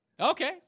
okay